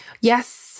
Yes